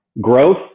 growth